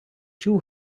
чув